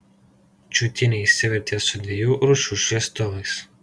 čiutienė išsivertė su dviejų rūšių šviestuvais